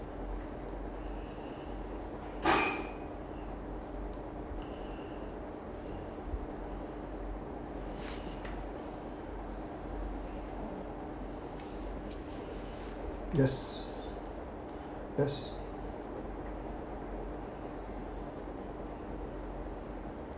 yes yes